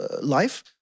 life